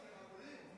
מה רצית, חתולים?